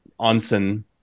onsen